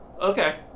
Okay